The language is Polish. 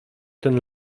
ten